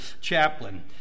chaplain